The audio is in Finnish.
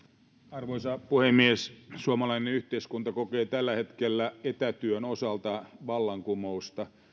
arvoisa puhemies suomalainen yhteiskunta kokee tällä hetkellä etätyön osalta vallankumousta